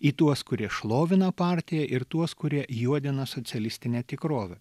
į tuos kurie šlovina partiją ir tuos kurie juodina socialistinę tikrovę